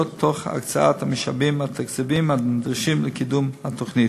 תוך הקצאת המשאבים התקציביים הנדרשים לקידום התוכנית.